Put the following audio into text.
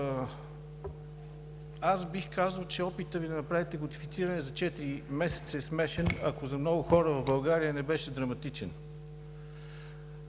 бих казал, че опитът Ви да направите кодифициране за четири месеца е смешен, ако за много хора в България не беше драматичен.